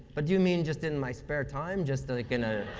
but do you mean just in my spare time? just like in a